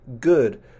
good